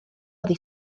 oddi